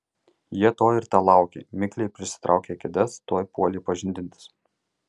jie to ir telaukė mikliai prisitraukę kėdes tuoj puolė pažindintis